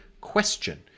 question